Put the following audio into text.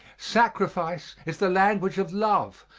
sacrifice is the language of love,